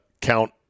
count